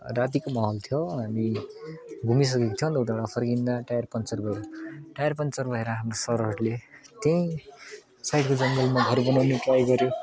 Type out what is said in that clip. रातिको माहौल थियो अनि घुमिसकेको थियो अन्त उताबाट फर्किँदा टायर पन्चर गऱ्यो टायर पन्चर भएर हाम्रो सरहरूले त्यहीँ साइ़डको जङ्गलमा घर बनाउने ट्राई गऱ्यो